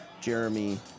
Jeremy